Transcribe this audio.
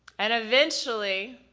and eventually,